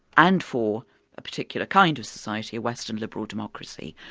and for a particular kind of society, a western liberal democracy.